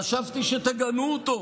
חשבתי שתגנו אותו,